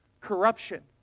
corruption